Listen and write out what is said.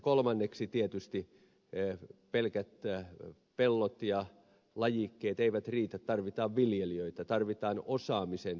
kolmanneksi tietysti pelkät pellot ja lajikkeet eivät riitä tarvitaan viljelijöitä tarvitaan osaamisen säilyttämistä